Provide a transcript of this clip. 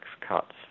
cuts